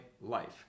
life